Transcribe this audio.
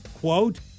Quote